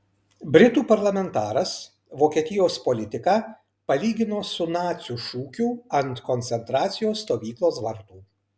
britų parlamentaras vokietijos politiką palygino su nacių šūkiu ant koncentracijos stovyklos vartų